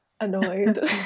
annoyed